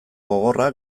gogorra